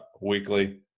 weekly